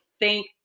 thank